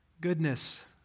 goodness